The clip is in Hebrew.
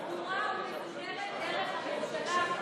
בצורה סדורה ומסודרת דרך הממשלה.